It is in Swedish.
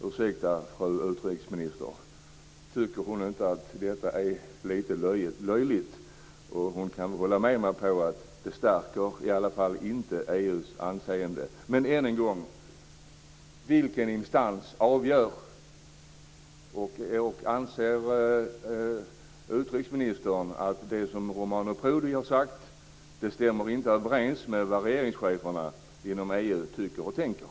Ursäkta, men tycker inte fru utrikesministern att detta är lite löjligt? Hon kan väl hålla med mig om att det i alla fall inte stärker EU:s anseende. Men än en gång: Vilken instans avgör om sanktioner ska vidtas eller ej? Anser utrikesministern att det som Romani Prodi har sagt inte stämmer överens med vad regeringscheferna inom EU tycker och tänker?